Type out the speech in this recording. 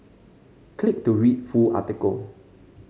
click to read full article